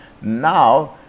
Now